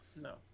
No